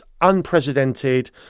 unprecedented